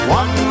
one